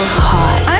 hot